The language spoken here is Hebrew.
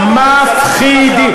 מפחידים.